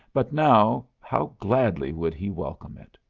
but now how gladly would he welcome it!